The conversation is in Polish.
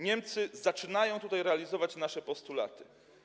Niemcy zaczynają tutaj realizować nasze postulaty.